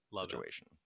situation